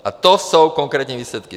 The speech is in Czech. A to jsou konkrétní výsledky.